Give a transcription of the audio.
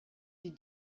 die